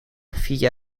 via